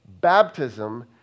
Baptism